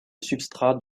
substrat